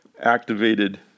activated